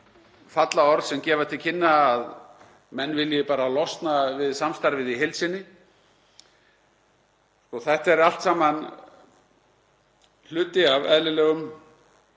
falla orð sem gefa til kynna að menn vilji bara losna við samstarfið í heild sinni. Þetta er allt saman hluti af eðlilegum